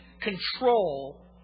control